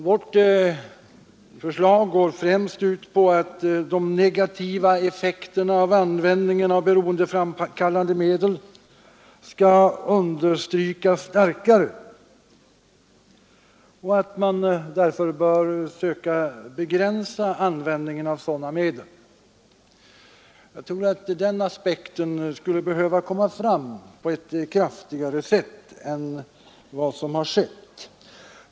Vårt förslag går främst ut på att de negativa effekterna av användningen av beroendeframkallande medel skall understrykas starkare och att man därför bör söka begränsa användningen av sådana medel. Jag tror att den aspekten skulle behöva komma fram på ett kraftigare sätt än vad som har skett.